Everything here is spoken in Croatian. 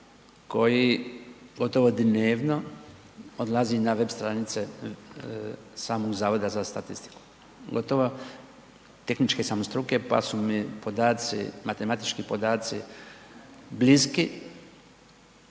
koji gotovo dnevno odlazi na web stranice samog Zavoda za statistiku, gotovo, tehničke sam struke pa su mi podaci, matematički podaci bliski